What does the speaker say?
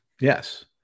Yes